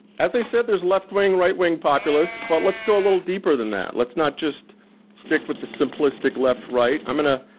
as i said, there's left-wing right-wing populists, but let's go a little deeper than that. let's not just stick with the simplistic left right. i'm gonna,